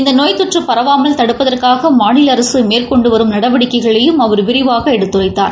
இந்த நோய் தொற்று பரவாமல் தடுப்பதற்காக மாநில அரசு மேற்கொண்டு வரும் நடவடிக்கைகளையும் அவர் விரிவாக எடுத்துரைத்தார்